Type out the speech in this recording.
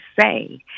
say